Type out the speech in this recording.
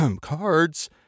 Cards